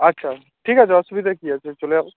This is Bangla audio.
আচ্ছা ঠিক আছে অসুবিধার কী আছে চলে আসবো